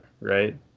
right